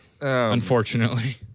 unfortunately